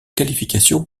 qualification